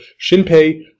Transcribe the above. Shinpei